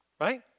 right